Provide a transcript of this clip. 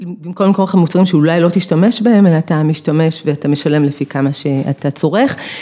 במקום למכור לך מוצרים שאולי לא תשתמש בהם, אלא אתה משתמש ואתה משלם לפי כמה שאתה צורך.